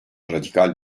radikal